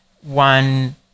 One